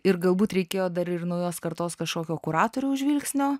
ir galbūt reikėjo dar ir naujos kartos kažkokio kuratoriaus žvilgsnio